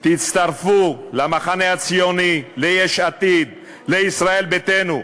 תצטרפו למחנה הציוני, ליש עתיד, לישראל ביתנו,